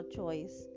choice